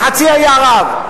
מחצי האי ערב.